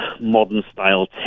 modern-style